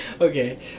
Okay